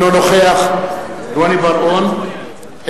אינו נוכח רוני בר-און,